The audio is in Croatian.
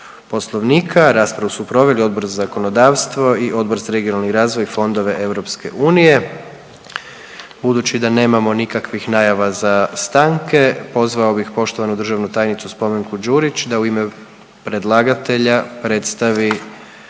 Poslovnika. Raspravu su proveli Odbor za zakonodavstvo i Odbor za regionalni razvoj i fondove EU. Budući da nemamo nikakvih najava za stanke pozvao bih poštovanu državnu tajnicu Spomenku Đurić da u ime predlagatelja predstavi